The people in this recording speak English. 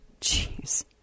Jeez